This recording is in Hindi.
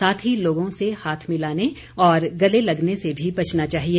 साथ ही लोगों से हाथ मिलाने और गले लगने से भी बचना चाहिए